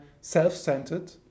self-centered